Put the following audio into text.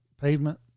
pavement